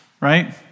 right